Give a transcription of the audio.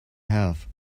have